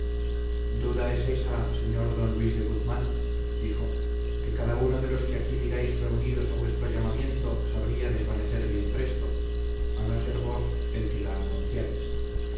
duda es ésa señor don luis de guzmán dijo que cada uno de los que aquí miráis reunidos a vuestro llamamiento sabría desvanecer bien presto a no ser vos el que la anunciáis